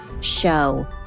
show